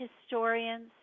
historians